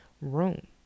room